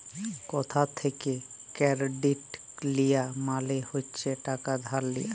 কথা থ্যাকে কেরডিট লিয়া মালে হচ্ছে টাকা ধার লিয়া